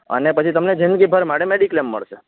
અને પછી તમને જિંદગી ભર માટે મેડિક્લેમ મળશે